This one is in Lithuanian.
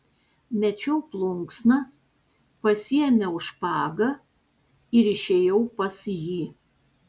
mečiau plunksną pasiėmiau špagą ir išėjau pas jį